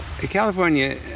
California